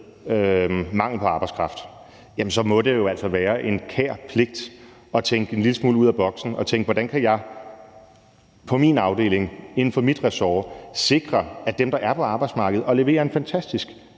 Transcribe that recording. manglen på arbejdskraft, må det være en kær pligt at tænke en lille smule ud af boksen, altså hvordan man i sin afdeling, inden for sit ressort, kan sikre, at dem, der er på arbejdsmarkedet, og som leverer en fantastisk